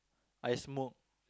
I smoke